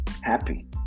happy